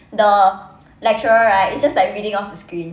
the lecturer right is just like reading off the screen